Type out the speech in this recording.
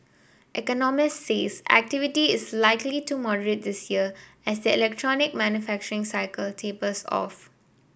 economist says activity is likely to this year as the electronic manufacturing cycle tapers off